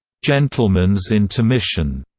gentleman's intermission,